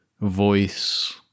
voice